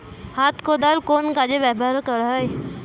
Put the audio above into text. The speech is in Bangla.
হাত কোদাল কোন কাজে ব্যবহার করা হয়?